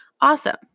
Awesome